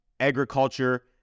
agriculture